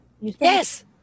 yes